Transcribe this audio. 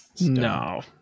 No